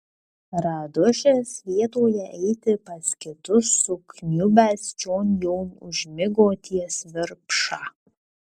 radušis vietoje eiti pas kitus sukniubęs čion jau užmigo ties virpša